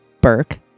Burke